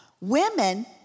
Women